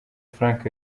frank